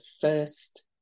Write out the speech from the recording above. first